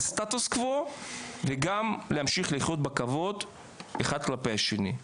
על סטטוס קוו וגם להמשיך לחיות בכבוד אחד כלפי השני,